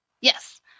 Yes